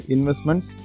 Investments